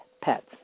pets